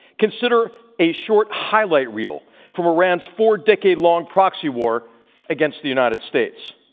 consider a short highlight reel from iran's four-decade-long proxy war against the united states.